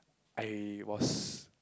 I was